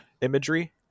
imagery